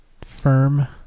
firm